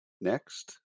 Next